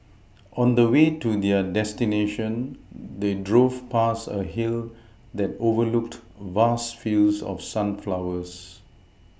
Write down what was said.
on the way to their destination they drove past a hill that overlooked vast fields of sunflowers